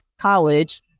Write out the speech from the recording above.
college